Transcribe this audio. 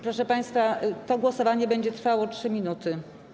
Proszę państwa, to głosowanie będzie trwało 3 minuty.